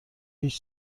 هیچ